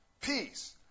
peace